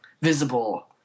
visible